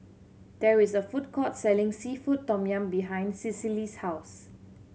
there is a food court selling seafood tom yum behind Cecily's house